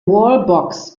wallbox